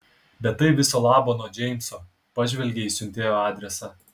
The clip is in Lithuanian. bet tai viso labo nuo džeimso pažvelgė į siuntėjo adresą